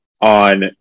on